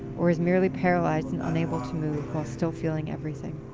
or is merely paralysed and unable to move, while still feeling everything.